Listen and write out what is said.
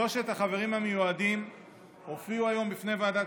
שלושת החברים המיועדים הופיעו היום בפני ועדת